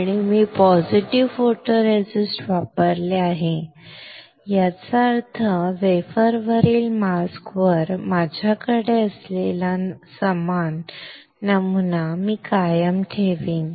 आणि मी positive photoresist वापरले आहे याचा अर्थ वेफरवरील मास्कवर माझ्याकडे असलेला समान नमुना मी कायम ठेवीन